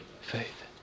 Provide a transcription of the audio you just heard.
Faith